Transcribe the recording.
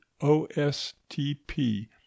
OSTP